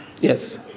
Yes